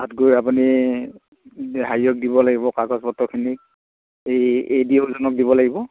তাত গৈ আপুনি হেৰিয়ক দিব লাগিব কাগজ পত্ৰখিনি এই এ ডি অ' জনক দিব লাগিব